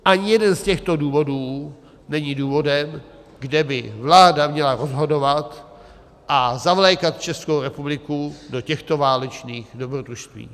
Ani jeden z těchto důvodů není důvodem, kde by vláda měla rozhodovat a zavlékat Českou republiku do těchto válečných dobrodružství.